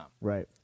Right